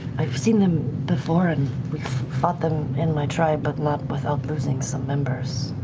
i've seen them before and we've fought them in my tribe, but not without losing some members.